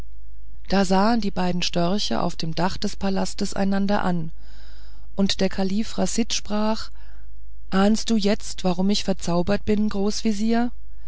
da sahen die beiden störche auf dem dache des palastes einander an und der kalife chasid sprach ahnst du jetzt warum ich verzaubert bin